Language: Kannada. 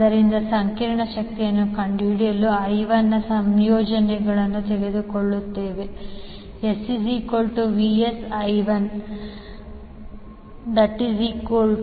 ಆದ್ದರಿಂದ ಸಂಕೀರ್ಣ ಶಕ್ತಿಯನ್ನು ಕಂಡುಹಿಡಿಯಲು I1 ನ ಸಂಯೋಗವನ್ನು ತೆಗೆದುಕೊಳ್ಳುತ್ತದೆ SVSI1120∠011